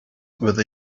with